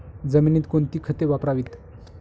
जमिनीत कोणती खते वापरावीत?